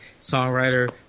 songwriter